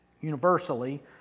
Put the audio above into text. Universally